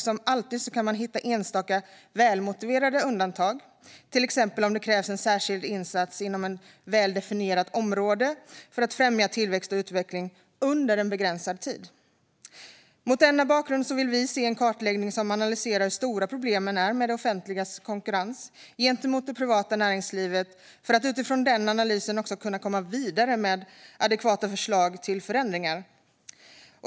Som alltid kan man hitta enstaka välmotiverade undantag, till exempel om det krävs en särskild insats inom ett väl definierat område för att främja tillväxt och utveckling under en begränsad tid. Mot denna bakgrund vill vi se en kartläggning som analyserar hur stora problemen är med det offentligas konkurrens gentemot det privata näringslivet, för att utifrån analysen kunna komma vidare med adekvata förslag till förändringar.